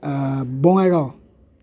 Bongaigaon